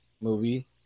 movie